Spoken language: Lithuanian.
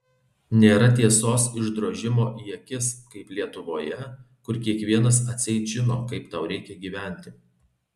nėra tiesos išdrožimo į akis kaip lietuvoje kur kiekvienas atseit žino kaip tau reikia gyventi